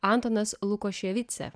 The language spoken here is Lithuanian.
antanas lukoševičius